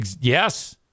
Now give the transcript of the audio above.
Yes